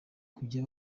kujya